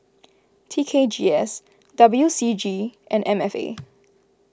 T K G S W C G and M F A